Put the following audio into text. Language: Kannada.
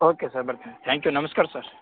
ಓಕೆ ಸರ್ ಬರ್ತೀನಿ ತ್ಯಾಂಕ್ ಯು ನಮ್ಸ್ಕಾರ ಸರ್